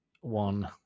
one